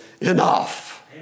enough